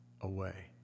away